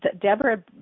Deborah